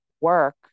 work